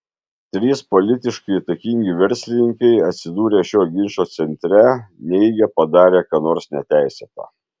trys politiškai įtakingi verslininkai atsidūrę šio ginčo centre neigia padarę ką nors neteisėta